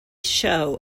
show